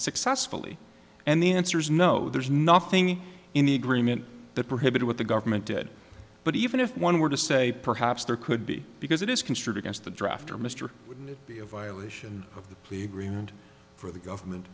successfully and the answer is no there's nothing in the agreement that prohibited what the government did but even if one were to say perhaps there could be because it is construed against the drafter mr wouldn't it be a violation of the plea agreement for the government